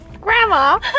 Grandma